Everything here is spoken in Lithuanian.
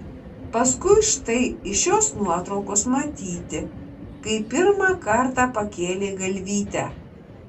paskui štai iš šios nuotraukos matyti kai pirmą kartą pakėlei galvytę